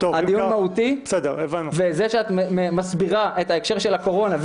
הדיון מהותי וזה שאת מסבירה את ההקשר של הקורונה,